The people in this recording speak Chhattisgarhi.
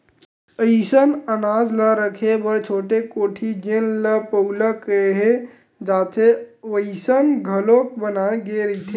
असइन अनाज ल राखे बर छोटे कोठी जेन ल पउला केहे जाथे वइसन घलोक बनाए गे रहिथे